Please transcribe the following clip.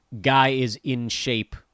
guy-is-in-shape